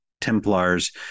templars